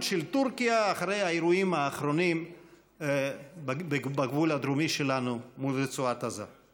של טורקיה אחרי האירועים האחרונים בגבול הדרומי שלנו מול רצועת עזה.